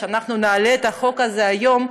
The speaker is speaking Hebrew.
שאנחנו נעלה את החוק הזה היום,